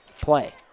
play